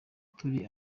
turi